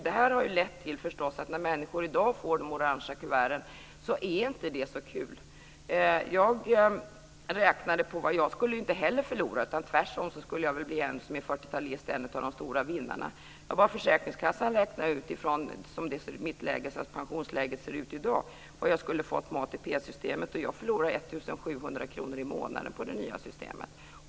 Det här har förstås lett till att när människor i dag får ett orange kuvert är det inte så kul. Jag skulle ju heller inte förlora. Tvärtom skulle jag som är fyrtiotalist bli en av de stora vinnarna. Jag bad försäkringskassan räkna ut, utifrån hur pensionsläget ser ut i dag, vad jag skulle ha fått med ATP-systemet. Jag förlorar 1 700 kr i månaden på det nya systemet.